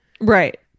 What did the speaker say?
Right